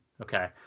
Okay